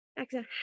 Exhale